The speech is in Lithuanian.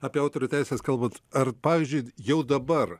apie autorių teises kalbat ar pavyzdžiui jau dabar